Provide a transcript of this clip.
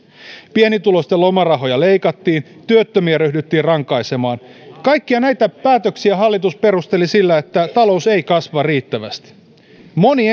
pienituloisten lomarahoja leikattiin ja työttömiä ryhdyttiin rankaisemaan kaikkia näitä päätöksiä hallitus perusteli sillä että talous ei kasva riittävästi moni